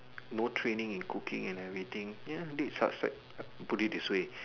no training in cooking and everything ya this is success put it this way